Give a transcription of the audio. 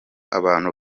abantu